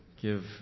give